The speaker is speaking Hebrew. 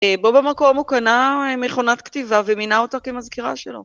בו במקום הוא קנה מכונת כתיבה ומינה אותה כמזכירה שלו.